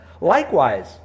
Likewise